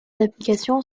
d’application